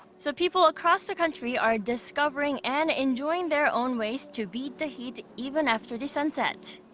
so people across the country are discovering and enjoying their own ways to beat the heat even after the sunset.